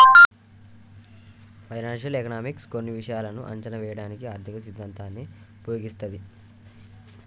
financial economics కొన్ని విషయాలను అంచనా వేయడానికి ఆర్థిక సిద్ధాంతాన్ని ఉపయోగిస్తది